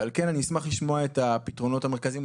ועל כן אני אשמח לשמוע את הפתרונות המרכזיים.